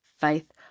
Faith